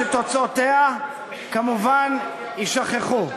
שתוצאותיה כמובן יישכחו.